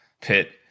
pit